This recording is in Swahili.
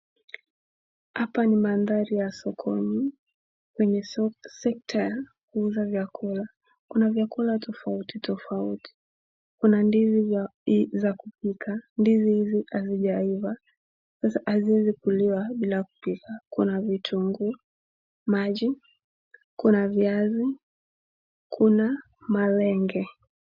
Hapa ni mandhari ya sokoni kwenye sekta ya kuuza vyakula. Kuna vyakula tofauti tofauti. Kuna ndizi za kupika; ndizi hizi hazijaiva, sasa haziwezi kuliwa bila kupikwa. Kuna vitunguu maji, kuna viazi, kuna malenge.